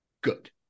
good